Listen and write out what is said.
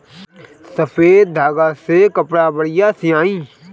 सफ़ेद धागा से कपड़ा बढ़िया सियाई